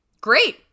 Great